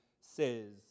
says